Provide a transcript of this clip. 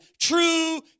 true